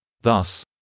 Thus